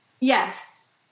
yes